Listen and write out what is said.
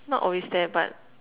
not always there but